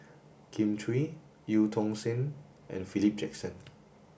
Kin Chui Eu Tong Sen and Philip Jackson